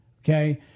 okay